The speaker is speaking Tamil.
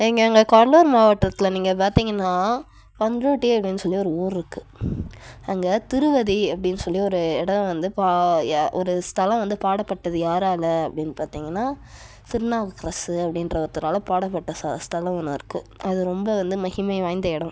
ஏங்க எங்கள் கடலூர் மாவட்டத்தில் நீங்கள் பார்த்திங்கன்னா பண்ரூட்டி அப்படின்னு சொல்லி ஒரு ஊர் இருக்கு அங்கே திருவதி அப்படின்னு சொல்லி இடோம் வந்து ஒரு ஸ்தலம் வந்து பாடப்பட்டது யாரால் அப்படின்னு பார்த்திங்ன்னா திருநாவுக்கரசு அப்படின்ற ஒருத்தவரால் பாடப்பட்ட ஸ்தலம் ஒன்று இருக்கு அது ரொம்ப வந்து மகிமை வாய்ந்த இடோம்